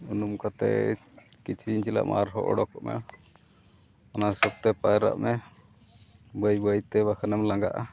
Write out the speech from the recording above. ᱩᱱᱩᱢ ᱠᱟᱛᱮ ᱪᱮᱫᱟᱜ ᱢᱮ ᱟᱨᱦᱚᱸ ᱚᱰᱚᱠᱚᱜ ᱢᱮ ᱚᱱᱟ ᱦᱤᱥᱟᱹᱵ ᱛᱮ ᱯᱟᱭᱨᱟᱜ ᱢᱮ ᱵᱟᱹᱭ ᱵᱟᱹᱭᱛᱮ ᱵᱟᱠᱷᱟᱱᱮᱢ ᱞᱟᱸᱜᱟᱜᱼᱟ